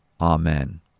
Amen